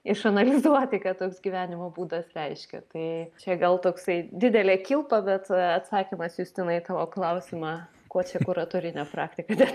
išanalizuoti ką toks gyvenimo būdas reiškia tai čia gal toksai didelė kilpa bet atsakymas justinai į tavo klausimą kuo čia kuratorinė praktika dėta